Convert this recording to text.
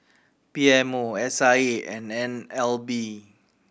P M O S I A and N L B